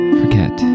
forget